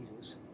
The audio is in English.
Jesus